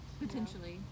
Potentially